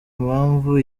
impamvu